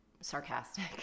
sarcastic